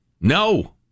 No